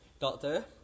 doctor